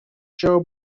show